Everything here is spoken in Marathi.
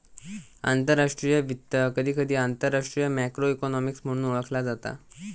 आंतरराष्ट्रीय वित्त, कधीकधी आंतरराष्ट्रीय मॅक्रो इकॉनॉमिक्स म्हणून ओळखला जाता